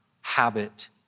habit